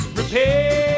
repair